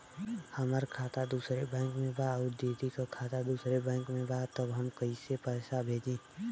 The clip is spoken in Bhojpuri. हमार खाता दूसरे बैंक में बा अउर दीदी का खाता दूसरे बैंक में बा तब हम कैसे पैसा भेजी?